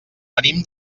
venim